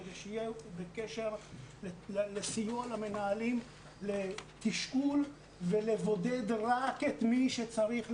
כדי שנהיה בקשר למתן סיוע למנהלים לתשאול ולבודד רק את מי שצריך לבודד.